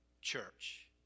church